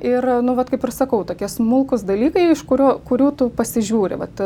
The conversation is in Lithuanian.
ir nu vat kaip ir sakau tokie smulkūs dalykai iš kurių kurių tu pasižiūri vat